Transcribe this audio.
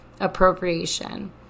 Appropriation